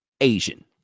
Asian